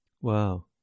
Wow